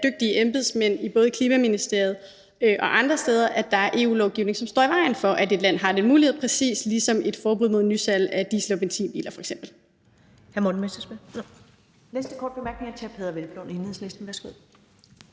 dygtige embedsmænd i både Klimaministeriet og andre steder, at der er EU-lovgivning, som står i vejen for, at et land har den mulighed, præcis ligesom et forbud mod nye salg af diesel- og benzinbiler